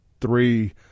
three